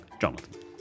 Jonathan